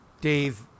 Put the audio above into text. Dave